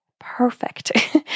perfect